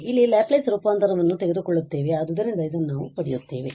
ಆದ್ದರಿಂದ ಇಲ್ಲಿ ಲ್ಯಾಪ್ಲೇಸ್ ರೂಪಾಂತರವನ್ನು ತೆಗೆದುಕೊಳ್ಳುತ್ತೇವೆ ಆದ್ದರಿಂದ ಇದನ್ನು ನಾವು ಪಡೆಯುತ್ತೇವೆ